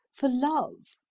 for love.